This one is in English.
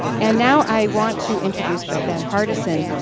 and now i want to introduce bethann hardison.